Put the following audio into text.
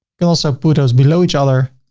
can also put those below each other,